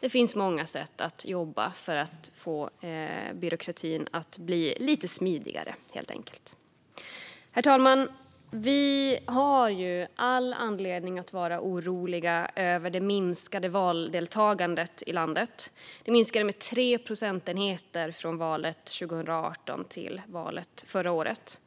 Det finns helt enkelt många sätt att göra byråkratin lite smidigare. Herr talman! Vi har all anledning att vara oroliga över det minskade valdeltagandet i landet. Det minskade med 3 procentenheter från valet 2018 till valet förra året.